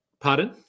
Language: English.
pardon